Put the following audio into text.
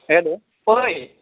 hello ओए